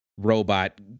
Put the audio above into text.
robot